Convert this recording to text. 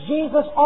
Jesus